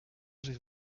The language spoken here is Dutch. zich